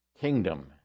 kingdom